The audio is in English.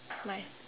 bye